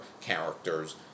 characters